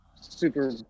super